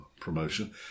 promotion